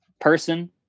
person